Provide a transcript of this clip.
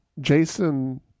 Jason